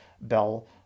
Bell